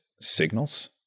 signals